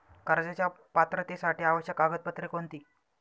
कर्जाच्या पात्रतेसाठी आवश्यक कागदपत्रे कोणती?